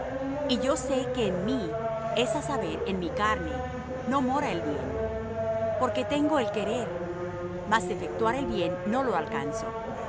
y yo sé que en mí es á saber en mi carne no mora el bien porque tengo el querer mas efectuar el bien no lo alcanzo